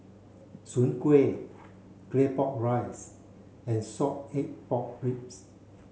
Soon Kuih Claypot rice and salted egg pork ribs